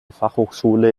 fachhochschule